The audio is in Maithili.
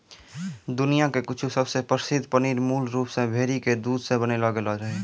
दुनिया के कुछु सबसे प्रसिद्ध पनीर मूल रूप से भेड़ी के दूध से बनैलो गेलो रहै